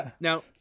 Now